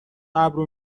ابر